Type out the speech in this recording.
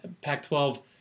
Pac-12